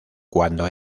cuando